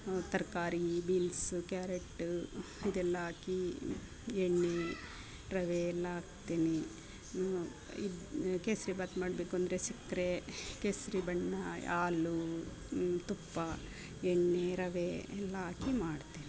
ತರಕಾರಿ beans carrot ಇದೆಲ್ಲ ಹಾಕಿ ಎಣ್ಣೆ ರವೆ ಎಲ್ಲ ಹಾಕ್ತಿನಿ ಇನ್ನು ಇದು ಕೇಸರಿಬಾತ್ ಮಾಡ್ಬೇಕಂದ್ರೆ ಸಕ್ಕರೆ ಕೇಸರಿ ಬಣ್ಣ ಹಾಲು ತುಪ್ಪ ಎಣ್ಣೆ ರವೆ ಎಲ್ಲ ಹಾಕಿ ಮಾಡ್ತೇನೆ